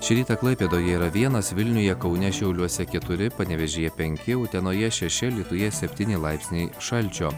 šį rytą klaipėdoje yra vienas vilniuje kaune šiauliuose keturi panevėžyje penki utenoje šeši alytuje septyni laipsniai šalčio